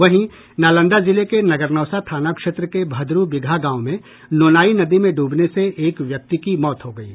वहीं नालंदा जिले के नगरनौसा थाना क्षेत्र के भदरु बिगहा गांव में नोनाई नदी में ड्रबने से एक व्यक्ति की मौत हो गयी